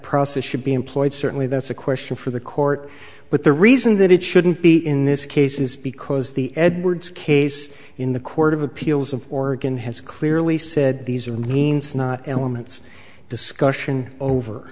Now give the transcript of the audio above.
process should be employed certainly that's a question for the court but the reason that it shouldn't be in this case is because the edwards case in the court of appeals of oregon has clearly said these are means not elements discussion over